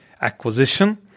acquisition